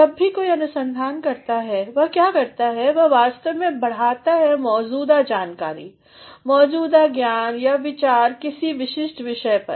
जब भी कोई अनुसंधान करता है वह क्या करता है वह वास्तव में बढ़ाता है मौजूदा जानकारी मौजूदा ज्ञान या विचार किसी विशिष्ट विषय पर